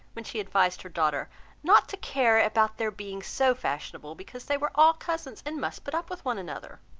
when she advised her daughter not to care about their being so fashionable because they were all cousins and must put up with one another.